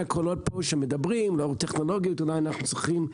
פה קולות שמדברים לאור הטכנולוגיות אולי אנחנו צריכים,